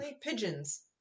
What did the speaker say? Pigeons